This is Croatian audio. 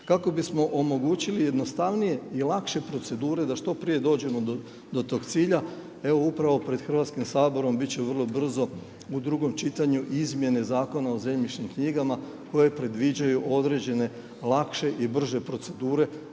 Kako bismo omogućili jednostavnije i lakše procedure da što prije dođemo do tog cilja, evo upravo pred Hrvatskim saborom bit će vrlo brzo u drugom čitanju i izmjene Zakona o zemljišnim knjigama koje predviđaju određene lakše i brže procedure